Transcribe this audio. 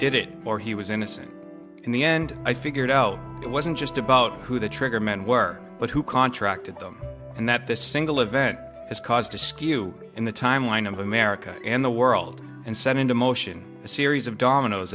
did it or he was innocent in the end i figured out it wasn't just about who the trigger men were but who contracted them and that this single event has caused a skew in the timeline of america and the world and set into motion a series of dominoes